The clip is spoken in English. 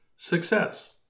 success